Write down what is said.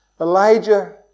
Elijah